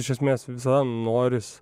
iš esmės visada noris